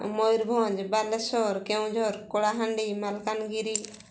Mayurbhanj Baleswar Keonjhar Kalahandi Malkangiri